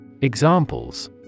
Examples